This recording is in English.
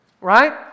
Right